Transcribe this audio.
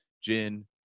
gin